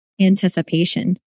anticipation